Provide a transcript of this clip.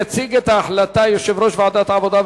יציג את ההחלטה יושב-ראש ועדת העבודה,